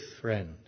friend